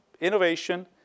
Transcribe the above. innovation